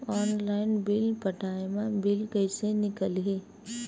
Online bill पटाय मा bill कइसे निकलही?